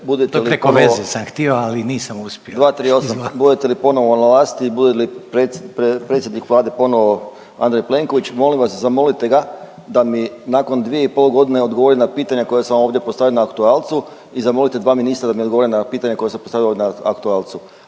Reiner: Preko veze sam htio, ali nisam uspio./… 238. budete li ponovo na vlasti i bude li predsjednik Vlade Andrej Plenković molim vas zamolite ga da mi nakon dvije i pol godine odgovori na pitanja koja sam ja ovdje postavljao na aktualcu i zamolite dva ministra da mi odgovore na pitanja koja sam postavio na aktualcu,